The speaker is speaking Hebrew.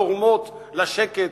אולי הן לא כל כך תורמות לשקט,